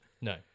No